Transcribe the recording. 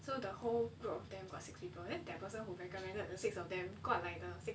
so the whole group of them got six people then that person who recommended the six of them got like the